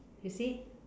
you see it